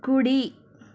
కుడి